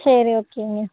சரி ஓகேங்க